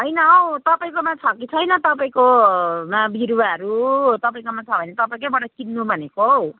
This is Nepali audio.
होइन हौ तपाईँकोमा छ कि छैन तपाईँकोमा बिरुवाहरू तपाईँकोमा छ भने तपाईँकैबाट किन्नु भनेको हौ